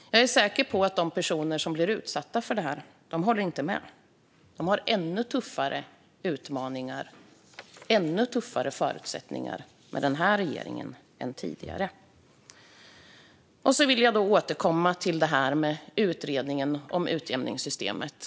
Jag är säker på att de personer som blir utsatta för detta inte håller med, utan de har ännu tuffare utmaningar och förutsättningar med den här regeringen än med den tidigare. Jag vill återkomma till utredningen om utjämningssystemet.